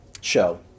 show